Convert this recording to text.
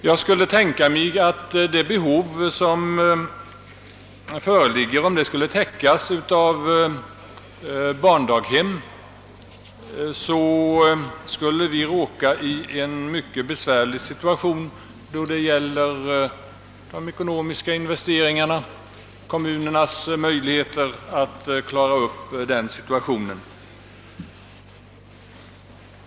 Jag skulle kunna tänka mig att om det föreliggande behovet skulle täckas av barndaghem skulle vi råka i en mycket besvärlig situation när det gäller kommunernas möjligheter att klara de ekonomiska investeringarna.